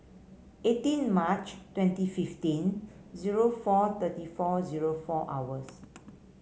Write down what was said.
eighteen March twenty fifteen zero four thirty four zero four hours